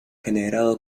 generado